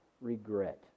regret